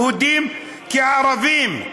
יהודים כערבים,